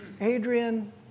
Adrian